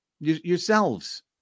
yourselves